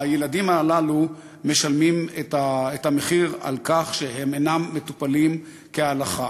הילדים הללו משלמים את המחיר על כך שהם אינם מטופלים כהלכה.